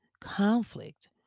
conflict